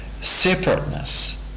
separateness